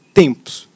tempos